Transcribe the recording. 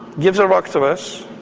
gives a rock to us,